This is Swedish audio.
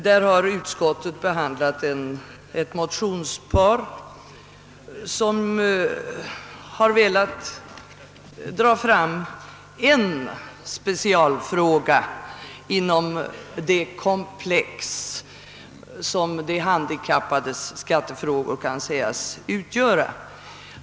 Där har utskottet behandlat ett motionspar, som velat dra fram en speciell fråga inom det komplex som de handikappades skattefrågor kan sägas utgöra.